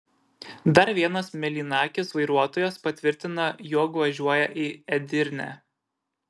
dar vienas mėlynakis vairuotojas patvirtina jog važiuoja į edirnę